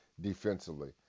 defensively